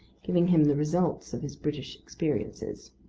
giving him the result of his british experiences.